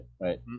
right